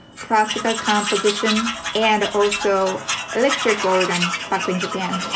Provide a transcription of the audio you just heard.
classical composition and also electric organ back in japan.